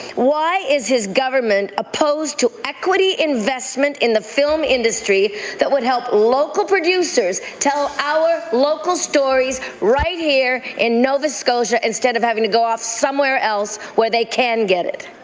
why is his government opposed to equity investment in the film industry that would help local producers tell our local stories right here in nova scotia, instead of having to go somewhere else where they can get it?